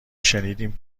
شنیدیم